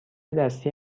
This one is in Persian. دستی